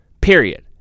Period